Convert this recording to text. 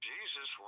Jesus